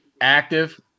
active